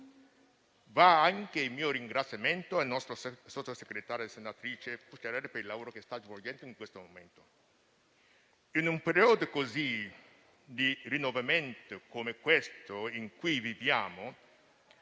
Va anche il mio ringraziamento al nostro sottosegretario, senatrice Pucciarelli, per il lavoro che sta svolgendo in questo momento. In un periodo di rinnovamento come questo in cui viviamo,